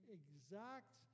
exact